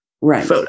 right